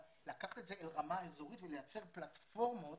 אבל לקחת את זה לרמה אזורית ולייצר פלטפורמות